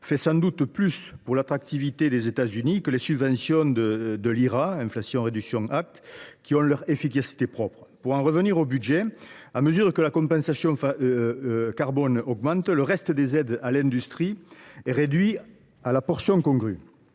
fait sans doute plus pour l’attractivité des États Unis que les subventions de l’ (IRA), qui ont cependant leur efficacité propre. Pour en revenir au budget, à mesure que la compensation carbone augmente, le reste des aides à l’industrie est réduit à la portion congrue.